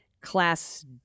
class